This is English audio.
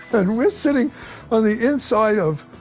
and we're sitting on the inside of